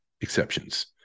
exceptions